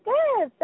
Good